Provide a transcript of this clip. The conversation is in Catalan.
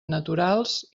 naturals